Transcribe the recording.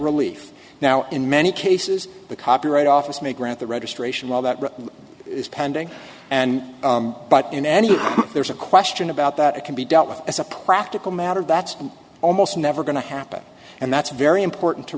relief now in many cases the copyright office may grant the registration while that is pending and but in any there is a question about that it can be dealt with as a practical matter that's almost never going to happen and that's very important to